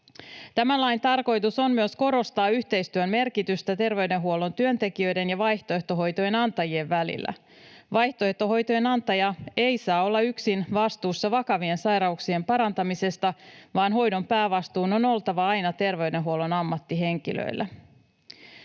Tämän lain tarkoitus on myös korostaa yhteistyön merkitystä terveydenhuollon työntekijöiden ja vaihtoehtohoitojen antajien välillä. Vaihtoehtohoitojen antaja ei saa olla yksin vastuussa vakavien sairauksien parantamisesta, vaan hoidon päävastuun on oltava aina terveydenhuollon ammattihenkilöillä.